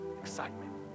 excitement